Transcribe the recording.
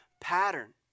pattern